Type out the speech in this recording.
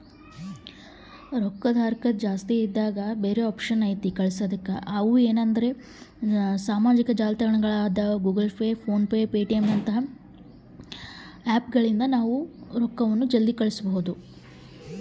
ರೊಕ್ಕದ ಹರಕತ್ತ ಜಾಸ್ತಿ ಇದೆ ಜಲ್ದಿ ರೊಕ್ಕ ಕಳಸಕ್ಕೆ ಏನಾರ ಬ್ಯಾರೆ ಆಪ್ಷನ್ ಐತಿ?